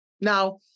Now